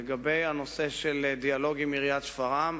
לגבי הנושא של דיאלוג עם עיריית שפרעם,